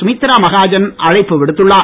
சுமித்ரா மகாஜன் அழைப்பு விடுத்துள்ளார்